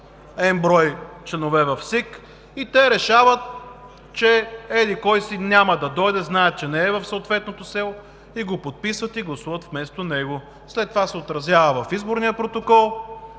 n брой членове в СИК и те решават, че еди-кой си няма да дойде – знаят, че не е в съответното село, подписват го и гласуват вместо него. След това се отразява в изборния протокол: